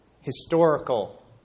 historical